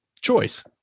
choice